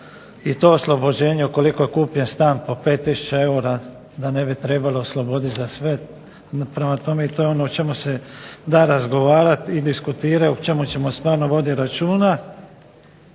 i to oslobođenje ukoliko je kupljen stan po 5000 eura da ne bi trebalo oslobodit za sve. Prema tome i to je ono o čemu se da razgovarat i diskutirat, o čemu ćemo stvarno vodit računa